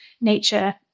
nature